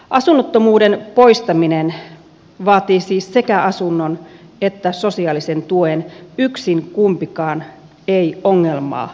asunnottomuuden poistaminen vaatii siis sekä asunnon että sosiaalisen tuen yksin kumpikaan ei ongelmaa poista